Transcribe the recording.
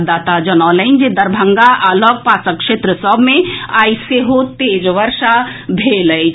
हमर संवाददाता जनौलनि जे दरभंगा आ लऽग पासक क्षेत्र सभ मे आइ सेहो तेज वर्षा भेल अछि